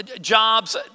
jobs